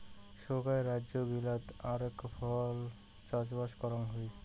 সোগায় রাজ্য গিলাতে আরাক ফল চাষবাস করাং হই